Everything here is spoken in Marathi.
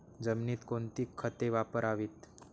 जमिनीत कोणती खते वापरावीत?